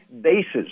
bases